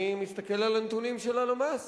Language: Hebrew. אני מסתכל על הנתונים של הלמ"ס,